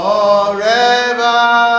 Forever